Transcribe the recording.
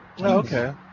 Okay